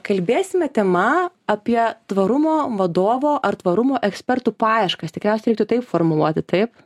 kalbėsime tema apie tvarumo vadovo ar tvarumo ekspertų paieškas tikriausiai reiktų taip formuluoti taip